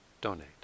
donate